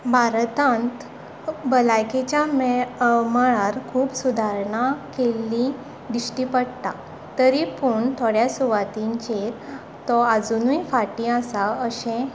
भारतांत भलायकेच्या मळार खूब सुदारणां केल्लीं दिश्टी पडटा तरी पूण थोड्यां सुवातींचेर तो आजुनूय फाटी आसा अशें